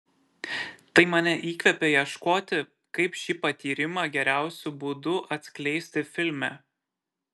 tai mane įkvėpė ieškoti kaip šį patyrimą geriausiu būdu atskleisti filme